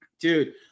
Dude